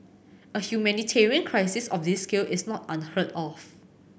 a humanitarian crisis of this scale is not unheard of